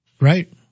Right